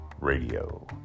Radio